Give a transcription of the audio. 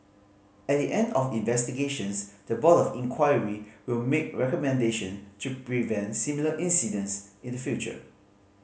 at the end of investigations the Board of Inquiry will make recommendation to prevent similar incidents in the future